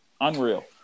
Unreal